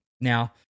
Now